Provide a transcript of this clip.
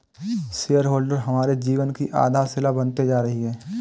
share holder हमारे जीवन की आधारशिला बनते जा रही है